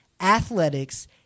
athletics